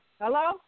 Hello